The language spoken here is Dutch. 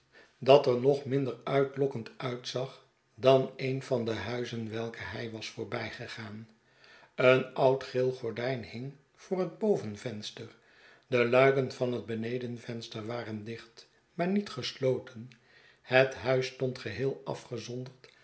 dat er nog minder uitlokkend uitzag dan een van de huizen welke hij was voorbijgegaan een oud geel gordijn hing voor het bovenvenster de luiken van het benedenvenster waren dicht maar niet gesloten het huis stond geheel afgezonderd